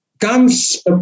comes